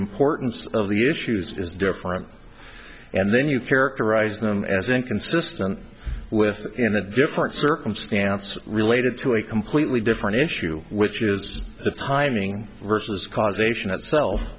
importance of the issues is different and then you characterize them as inconsistent with in a different circumstance related to a completely different issue which is the timing versus causation itself